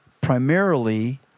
primarily